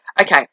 okay